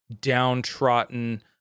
downtrodden